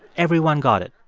everyone got it.